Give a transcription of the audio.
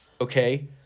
okay